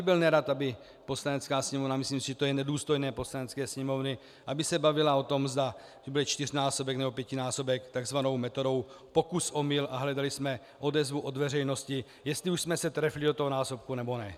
Byl bych nerad, aby se Poslanecká sněmovna myslím si, že to je nedůstojné Poslanecké sněmovny bavila o tom, zda to bude čtyřnásobek, nebo pětinásobek, tzv. metodou pokusomyl a hledali jsme odezvu od veřejnosti, jestli už jsme se trefili do toho násobku, nebo ne.